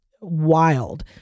wild